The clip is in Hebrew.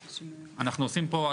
אנחנו עושים פה,